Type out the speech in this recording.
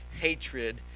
hatred